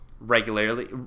regularly